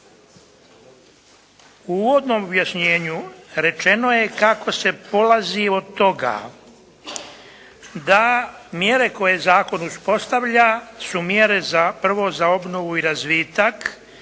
U uvodnom objašnjenju rečeno je kako se polazi od toga da mjere koje zakon uspostavlja su mjere za prvo za obnovu i razvitak,